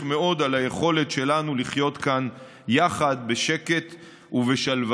מאוד על היכולת שלנו לחיות כאן יחד בשקט ובשלווה.